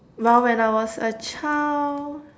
well when I was a child